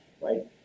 right